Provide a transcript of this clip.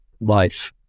life